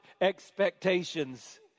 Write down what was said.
expectations